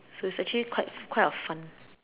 so it's actually quite quite a fun